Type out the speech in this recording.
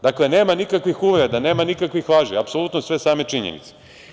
Dakle, nema nikakvih uvreda, nema nikakvih laži, apsolutno sve same činjenice.